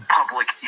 public